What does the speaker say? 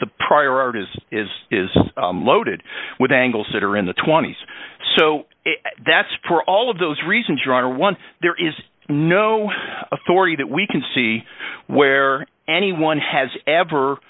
the prior art is is is loaded with angles that are in the twenty's so that's for all of those reasons your honor one there is no authority that we can see where anyone has ever